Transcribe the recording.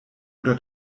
oder